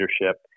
Leadership